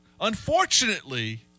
Unfortunately